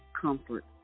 comfort